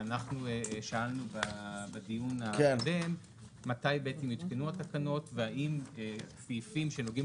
אנחנו שאלנו בדיון הקודם מתי בעצם יותקנו התקנות והאם סעיפים שנוגעים